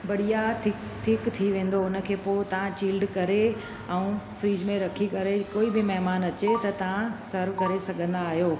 बढ़िया थिक थिक थी वेंदो उन खे पोइ तव्हां चिल्ड करे ऐं फ्रिज में रखी करे कोई बि महिमानु अचे त तव्हां सर्व करे सघंदा आहियो